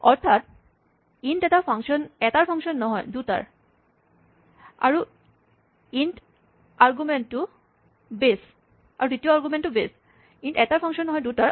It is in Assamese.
অৰ্থাৎ ইন্ট এটা আৰগুমেন্টৰ ফাংচন নহয় দুটাৰ